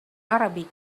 arabic